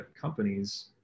companies